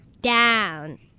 down